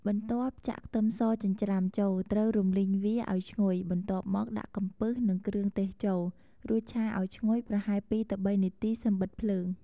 បន្ទាប់ចាក់ខ្ទឹមសចិញ្រ្ចាំចូល ត្រូវរំលីងវាឱ្យឈ្ងុយ បន្ទាប់មកដាក់កំពឹស និងគ្រឿងទេសចូល រួចឆាឱ្យឈ្ងុយប្រហែល 2–3 នាទី សិមបិទភ្លើង។